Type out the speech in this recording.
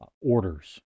orders